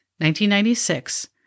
1996